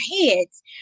heads